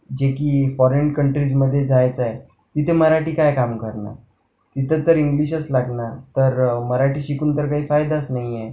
जे की फॉरेन कंट्रीजमध्ये जायचं आहे तिथे मराठी काय काम करणार तिथं तर इंग्लिशच लागणार तर मराठी शिकून तर काही फायदाच नाही आहे